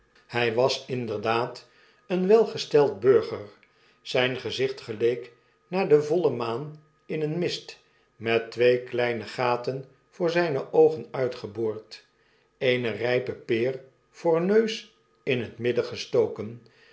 hy was inderdaad een welgesteld burger zyn gezicht geleek naar de voile maan in een mist met twee kleine gaten voor zjjne oogen uitgeboord eene rype peer voor neus in net midden gestoken